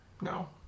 No